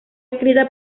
escrita